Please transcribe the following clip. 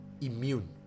immune